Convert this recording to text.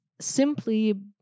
simply